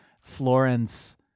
Florence